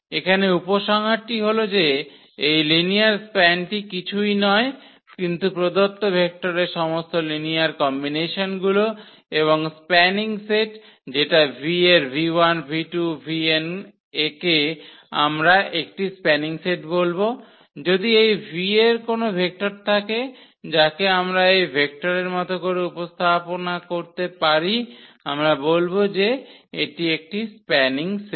এখানে উপসংহারটি হল যে এই লিনিয়ার স্প্যানটি কিছুই নয় কিন্তু প্রদত্ত ভেক্টরের সমস্ত লিনিয়ার কম্বিনেশনগুলো এবং স্প্যানিং সেট যেটা v এর v1v2 vn একে আমরা একটি স্প্যানিং সেট বলব যদি এই v এর কোনও ভেক্টর থাকে যাকে আমরা এই ভেক্টরের মত করে উপস্থাপনা করতে পারি আমরা বলব যে এটি একটি স্প্যানিং সেট